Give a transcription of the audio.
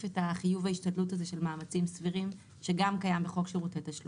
את חיוב ההשתדלות הזה של מאמצים סבירים שגם קיים בחוק שירותי תשלום.